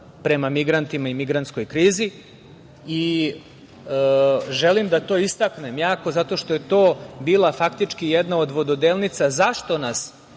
prema migrantima i migrantskoj krizi. Želim da to istaknem jako zato što je to bila faktički jedna od vododelnica zašto nas